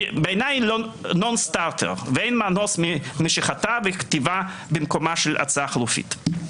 בעיניי היא נון סטרטר ואין מנוס ממשיכתה וכתיבה במקומה של הצעה חלופית.